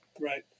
right